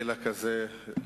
שכר במגזר הציבורי,